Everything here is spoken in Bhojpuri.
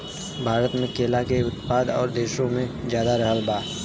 भारत मे केला के उत्पादन और देशो से ज्यादा रहल बा